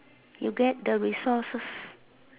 you get the resources